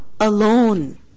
alone